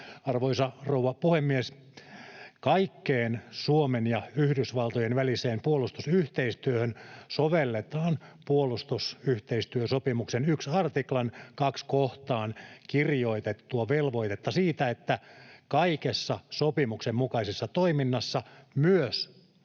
Arvoisa rouva puhemies! Kaikkeen Suomen ja Yhdysvaltojen väliseen puolustusyhteistyöhön sovelletaan puolustusyhteistyösopimuksen 1 artiklan 2 kohtaan kirjoitettua velvoitetta siitä, että kaikessa sopimuksen mukaisessa toiminnassa, myös